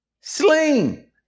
sling